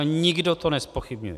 Nikdo to nezpochybňuje.